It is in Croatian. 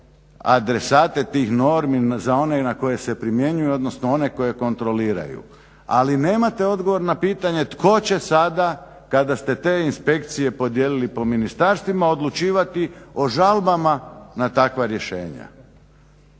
adresate tih normi, za one na koje se primjenjuju, odnosno one koje kontroliraju. Ali nemate odgovor na pitanje tko će sada kada ste te inspekcije podijelili po ministarstvima odlučivati o žalbama na takva rješenja.